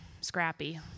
scrappy